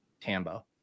tambo